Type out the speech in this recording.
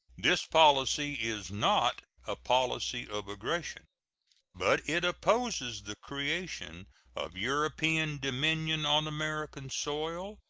this policy is not a policy of aggression but it opposes the creation of european dominion on american soil,